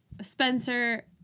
Spencer